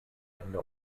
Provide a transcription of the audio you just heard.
ende